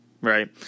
right